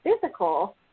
physical